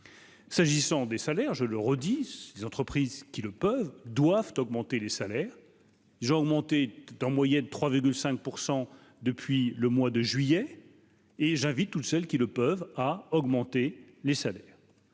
S'agissant des salaires, je le redis, si les entreprises qui le peuvent doivent augmenter les salaires, ils ont augmenté d'en moyenne 3 5 % depuis le mois de juillet, et j'invite toutes celles qui le peuvent à augmenter les salaires,